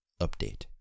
Update